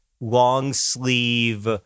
long-sleeve